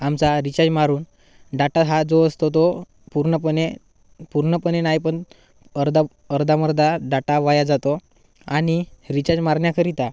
आमचा रिचार्ज मारून डाटा हा जो असतो तो पूर्नपणे पूर्नपणे नाही पणअर्धा अर्धावर्दा डाटा वाया जातो आणि रिचार्ज मारण्याकरिता